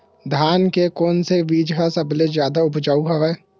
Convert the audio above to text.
धान के कोन से बीज ह सबले जादा ऊपजाऊ हवय?